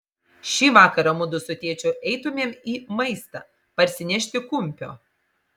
šį vakarą mudu su tėčiu eitumėm į maistą parsinešti kumpio